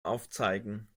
aufzeigen